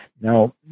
Now